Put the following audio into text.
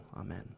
Amen